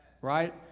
right